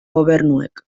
gobernuek